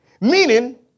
meaning